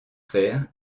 faire